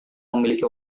memiliki